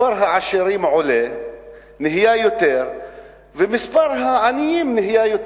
מספר העשירים עולה ומספר העניים עולה.